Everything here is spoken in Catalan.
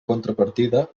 contrapartida